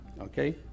Okay